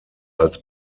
als